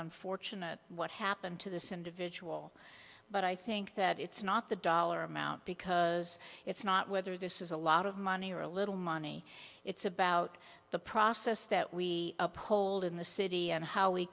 unfortunate what happened to this individual but i think that it's not the dollar amount because it's not whether this is a lot of money or a little money it's about the process that we uphold in the city and how we